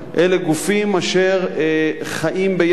אלה גופים אשר חיים יחד.